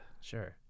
Sure